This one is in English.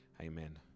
Amen